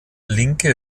linke